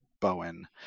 Bowen